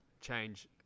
change